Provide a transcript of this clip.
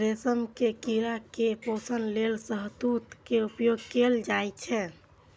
रेशम के कीड़ा के पोषण लेल शहतूत के उपयोग कैल जाइ छै